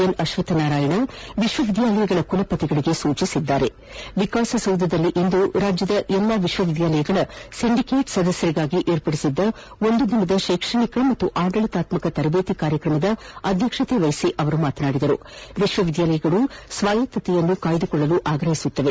N Ashwath Narayan ವಿಶ್ವವಿದ್ಯಾಲಯಗಳ ಕುಲಪತಿಗಳಿಗೆ ಸೂಚನೆ ನೀಡಿದ್ದಾರೆ ವಿಕಾಸಸೌಧದಲ್ಲಿಂದು ರಾಜ್ಯದ ಎಲ್ಲಾ ವಿಶ್ವವಿದ್ಯಾಲಯಗಳ ಸಿಂಡಿಕೇಟ್ ಸದಸ್ಯರಿಗಾಗಿ ಏರ್ಪಡಿಸಿದ್ದ ಒಂದು ದಿನದ ಶೈಕ್ಷಣಿಕ ಮತ್ತು ಆಡಳಿತಾತ್ಮಕ ತರಬೇತಿ ಕಾರ್ಯಕ್ರಮದ ಅಧ್ಯಕ್ಷತೆ ವಹಿಸಿ ಮಾತನಾಡಿದ ಅವರು ವಿಶ್ವವಿದ್ಯಾಲಯಗಳು ಸ್ವಾಯತ್ತತೆ ಕಾಯ್ದುಕೊಳ್ಳಲು ಆಗ್ರಹಿಸುತ್ತವೆ